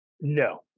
No